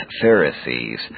Pharisees